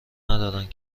ندارند